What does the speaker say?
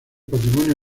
patrimonio